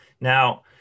Now